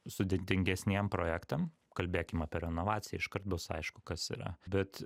sudėtingesniem projektam kalbėkim apie renovaciją iškart bus aišku kas yra bet